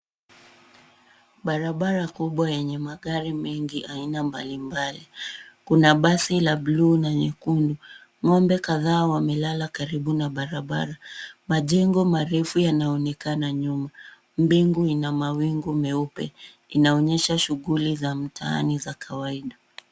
Barabara kubwa yenye magari mengi aina mbalimbali. Kuna basi la bluu na nyekundu. Ng'ombe kadhaa wamelala karibu na barabara. Majengo marefu yanaonekana nyuma. Mbingu ina mawingu meupe. Inaonyesha shughuli za mtaani za kawaida.